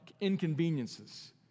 inconveniences